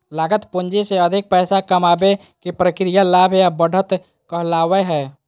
लागत पूंजी से अधिक पैसा कमाबे के प्रक्रिया लाभ या बढ़त कहलावय हय